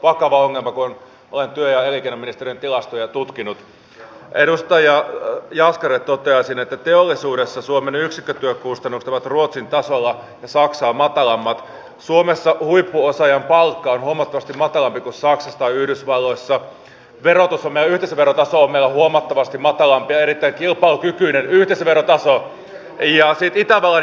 minusta olisi kuitenkin erittäin reilua että me katsoisimme tätä kokonaisuutta ja kyllä jaan opposition huolen kaikkein pienituloisimmista ihmisistä mutta koko kuva on se että näitä säästöpäätöksiä on tehty nyt jo pidemmän aikaa ja meillä on ilman muuta parannettavaa kokonaisvaikutusten arvioinnin osalta